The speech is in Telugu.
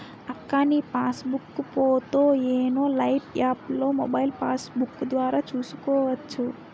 అక్కా నీ పాస్ బుక్కు పోతో యోనో లైట్ యాప్లో మొబైల్ పాస్బుక్కు ద్వారా చూసుకోవచ్చు